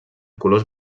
colors